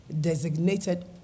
designated